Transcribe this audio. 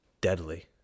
deadly